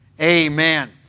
Amen